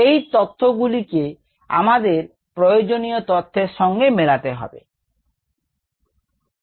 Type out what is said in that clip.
এই তথ্যগুলিকে আমাদের প্রয়োজনীয় তথ্যের সঙ্গে কিভাবে মেলাবো